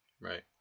right